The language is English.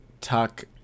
talk